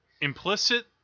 Implicit